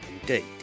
indeed